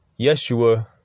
Yeshua